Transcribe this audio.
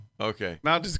Okay